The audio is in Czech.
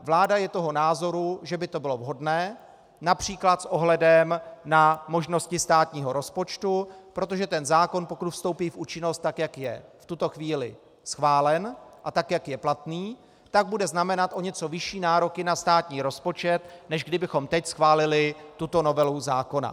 Vláda je toho názoru, že by to bylo vhodné, například s ohledem na možnosti státního rozpočtu, protože zákon, pokud vstoupí v účinnost, jak je v tuto chvíli schválen a jak je platný, bude znamenat o něco vyšší nároky na státní rozpočet, než kdybychom teď schválili tuto novelu zákona.